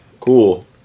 cool